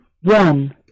one